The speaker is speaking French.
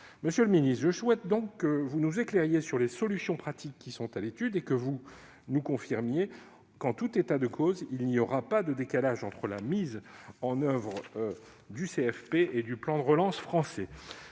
Monsieur le secrétaire d'État, je souhaite donc que vous nous éclairiez sur les solutions pratiques à l'étude et que vous nous confirmiez qu'en tout état de cause, il n'y aura pas de décalage dans la mise en oeuvre du CFP et du plan de relance français.